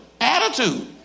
attitude